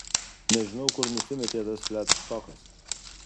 nežinau kur nusimetė tas fladštokas